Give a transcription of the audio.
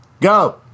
Go